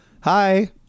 hi